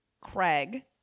Craig